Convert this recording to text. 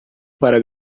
para